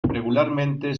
regularmente